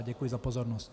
Děkuji za pozornost.